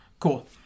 Cool